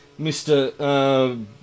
Mr